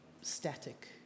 static